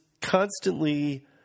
constantly